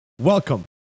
Welcome